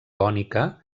cònica